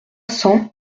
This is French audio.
cents